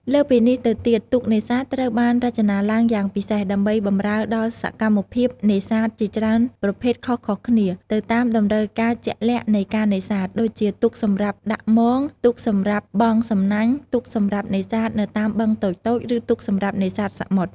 លើសពីនេះទៅទៀត ទូកនេសាទត្រូវបានរចនាឡើងយ៉ាងពិសេស ដើម្បីបម្រើដល់សកម្មភាពនេសាទជាច្រើនប្រភេទខុសៗគ្នា ទៅតាមតម្រូវការជាក់លាក់នៃការនេសាទ ដូចជាទូកសម្រាប់ដាក់មង ទូកសម្រាប់បង់សំណាញ់ ទូកសម្រាប់នេសាទនៅតាមបឹងតូចៗ ឬទូកសម្រាប់នេសាទសមុទ្រ។